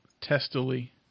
testily